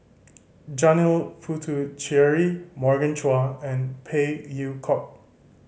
Janil Puthucheary Morgan Chua and Phey Yew Kok